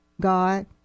God